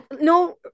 no